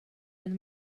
ond